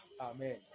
Amen